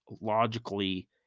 logically